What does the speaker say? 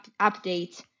update